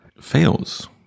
fails